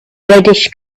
reddish